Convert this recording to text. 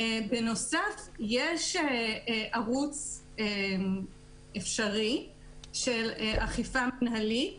בנוסף לכך, יש ערוץ אפשרי של אכיפה מינהלית